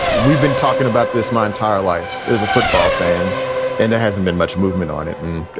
we've been talking about this my entire life as a football fan and there hasn't been much movement on it. and,